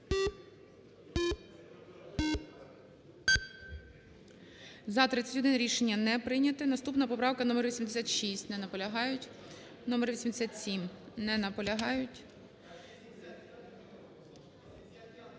За-31 Рішення не прийнято. Наступна, поправка номер 86. Не наполягають. Номер 87. Не наполягають.